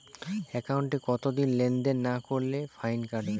একাউন্টে কতদিন লেনদেন না করলে ফাইন কাটবে?